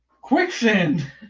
Quicksand